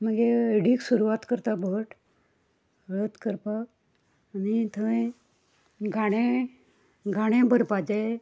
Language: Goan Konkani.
मागीर हळडीक सुरवात करता भट हळद करपाक आनी थंय घाणें गाणें भरपाचें